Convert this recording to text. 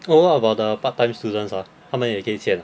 oh what about the part time students ah 他们也给可以签 ah